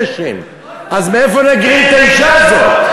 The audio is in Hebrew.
אז מאיפה נגריל את האישה הזאת?